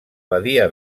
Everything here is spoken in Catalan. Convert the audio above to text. badia